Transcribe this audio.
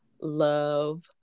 love